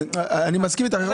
אני מסכים אתך.